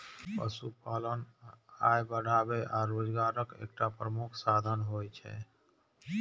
पशुपालन आय बढ़ाबै आ रोजगारक एकटा प्रमुख साधन होइ छै